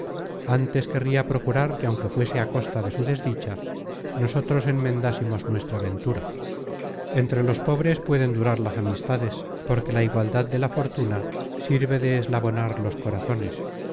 antes querria procurar que aunque fuese á costa de su desdicha nosotros enmendásemos nuestra ventura entre los pobres pueden durar las amistades porque la igualdad de la fortuna sirve de eslabonar los corazones